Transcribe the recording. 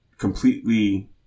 completely